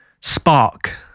spark